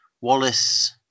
Wallace